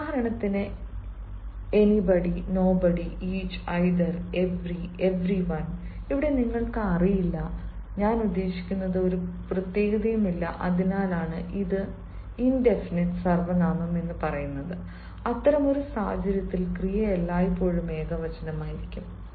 ഉദാഹരണത്തിന് anybody nobody each either every everyone anybody nobody each either every everyone ഇവിടെ നിങ്ങൾക്ക് അറിയില്ല ഞാൻ ഉദ്ദേശിക്കുന്നത് ഒരു പ്രത്യേകതയുമില്ല അതിനാലാണ് ഇത് ഇൻഡെഫിനിറ് സർവനാമം അത്തരമൊരു സാഹചര്യത്തിൽ ക്രിയ എല്ലായ്പ്പോഴും ഏകവചനമായിരിക്കും